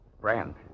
Brand